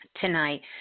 tonight